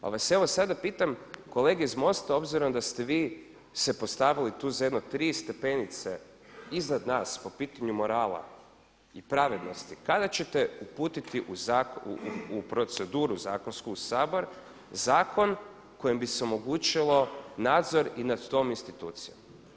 Pa vas evo sada pitam kolege iz MOST-a obzirom da ste vi se postavili tu za jedno 3 stepenice iznad nas po pitanju morala i pravednosti kada ćete uputiti u proceduru zakonsku u Sabor zakon kojim bi se omogućilo nadzor i nad tom institucijom?